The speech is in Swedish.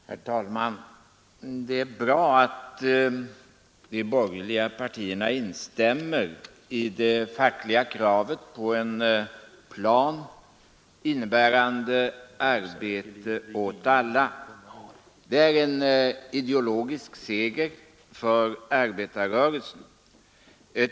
Herr talman! Det är bra att de borgerliga partierna instämmer i det fackliga kravet på en plan innebärande arbete åt alla. Det är en ideologisk seger för arbetarrörelsen.